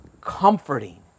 comforting